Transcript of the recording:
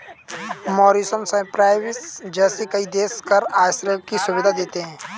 Mauritius, Cyprus जैसे कई देश कर आश्रय की सुविधा देते हैं